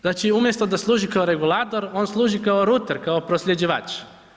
Znači umjesto da služi kao regulator, on služi kao ruter, kao prosljeđivač.